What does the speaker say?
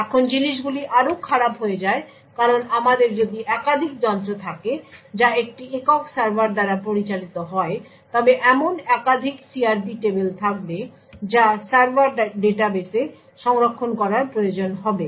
এখন জিনিসগুলি আরও খারাপ হয়ে যায় কারণ আমাদের যদি একাধিক যন্ত্র থাকে যা একটি একক সার্ভার দ্বারা পরিচালিত হয় তবে এমন একাধিক CRP টেবিল থাকবে যা সার্ভার ডাটাবেসে সংরক্ষণ করার প্রয়োজন হবে